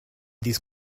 these